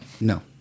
No